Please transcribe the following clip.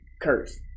curse